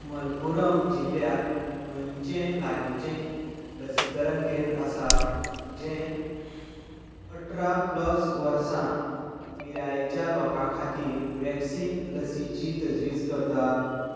मलपुरम जिल्ल्यात खंयचेंय लागींचें लसीकरण केंद्र आसा जें अठरा प्लस वर्सां पिरायेच्या लोकां खातीर व्हॅक्सिन लसीची तजवीज करता